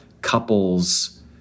couples